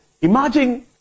imagine